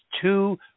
two